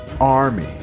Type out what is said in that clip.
army